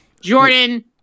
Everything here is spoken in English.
Jordan